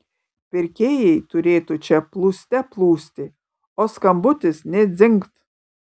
pirkėjai turėtų čia plūste plūsti o skambutis nė dzingt